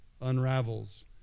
unravels